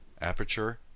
aperture